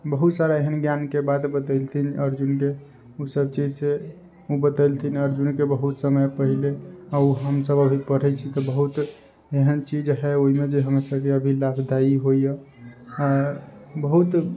बहुत सारा एहन ज्ञानके बात बतेलथिन अर्जुनके ओ सभ चीजसँ ओ बतेलथिन अर्जुनके बहुत समय पहले आ ओ हम सभ अभी पढ़ैत छी तऽ बहुत एहन चीज हइ ओहिमे जे हमरा सभकेँ अभी लाभदायी होइया बहुत